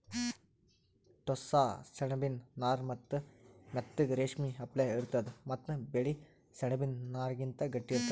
ಟೋಸ್ಸ ಸೆಣಬಿನ್ ನಾರ್ ಮೆತ್ತಗ್ ರೇಶ್ಮಿ ಅಪ್ಲೆ ಇರ್ತದ್ ಮತ್ತ್ ಬಿಳಿ ಸೆಣಬಿನ್ ನಾರ್ಗಿಂತ್ ಗಟ್ಟಿ ಇರ್ತದ್